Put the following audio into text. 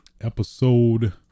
episode